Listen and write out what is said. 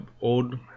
old-